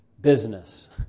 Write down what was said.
business